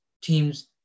teams